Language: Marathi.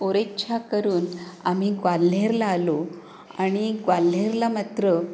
ओर्च्छा करून आम्ही ग्वाल्हेरला आलो आणि ग्वाल्हेरला मात्र